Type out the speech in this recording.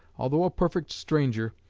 although a perfect stranger,